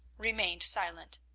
remained silent.